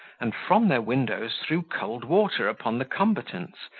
and from their windows threw cold water upon the combatants,